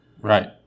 Right